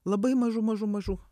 labai mažų mažų mažų